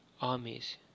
armies